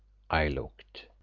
i looked.